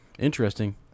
Interesting